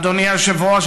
אדוני היושב-ראש,